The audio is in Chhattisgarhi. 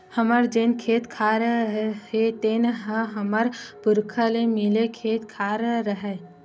हमर जेन खेत खार हे तेन ह हमर पुरखा ले मिले खेत खार हरय